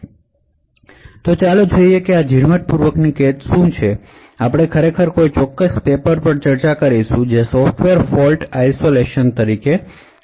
ચાલો જોઈએ કે ઝીણવટ પૂર્વક ની કોનફીનમેંટ શું છે આપણે આ પેપર પર ચર્ચા કરીશું જે સોફ્ટવેર ફોલ્ટ આઇસોલેશન તરીકે ઓળખાય છે